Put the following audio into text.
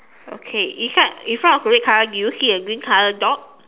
okay in front in front of the red color do you see a green color dog